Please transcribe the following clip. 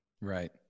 Right